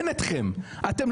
יכול להיות שיש לו כמה כתובות.